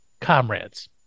comrades